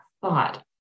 thought